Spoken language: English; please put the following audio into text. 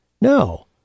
No